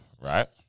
right